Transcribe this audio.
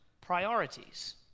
priorities